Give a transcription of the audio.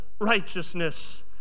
righteousness